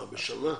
מה, בשנה?